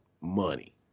money